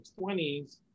20s